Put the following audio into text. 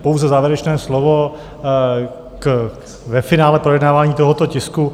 Pouze závěrečné slovo ve finále projednávání tohoto tisku.